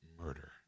murder